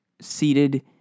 seated